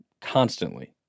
constantly